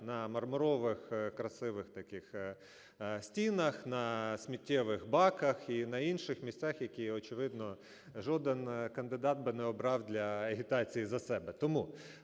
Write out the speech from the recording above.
на мармурових красивих таких стінах, на сміттєвих баках і на інших місцях, які, очевидно, жоден кандидат би не обрав для агітації за себе.